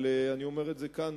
אני אומר את זה כאן,